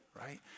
right